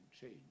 change